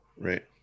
Right